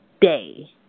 day